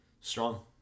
Strong